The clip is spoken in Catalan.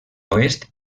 oest